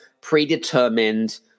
predetermined